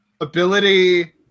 ability